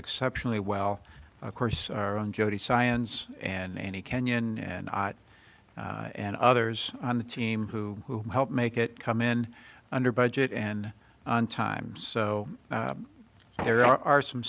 exceptionally well of course our own jody science and any kenyan and i and others on the team who helped make it come in under budget and on time so there are some